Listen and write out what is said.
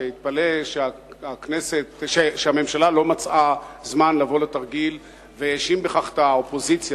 שהתפלא שהממשלה לא מצאה זמן לבוא לתרגיל והאשים בכך את האופוזיציה.